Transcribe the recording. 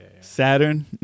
Saturn